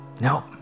Nope